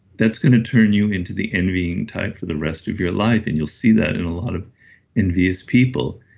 that's going to turn you into the envying type for the rest of your life. and you'll see that in a lot of envious people.